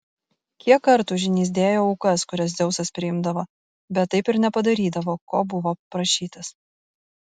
kiek kartų žynys dėjo aukas kurias dzeusas priimdavo bet taip ir nepadarydavo ko buvo prašytas